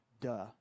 duh